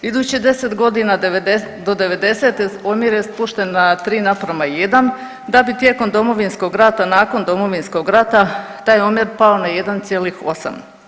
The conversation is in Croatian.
Idućih 10 godina, do '90. omjer je spušten na 3:1, da bi tijekom Domovinskog rata, nakon Domovinskom rata taj omjer pao na 1,8.